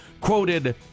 quoted